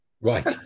Right